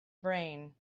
brain